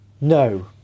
No